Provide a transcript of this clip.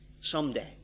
someday